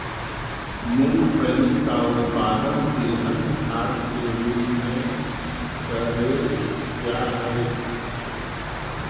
मूंगफली का उत्पादन तिलहन खाद के रूप में करेल जा हई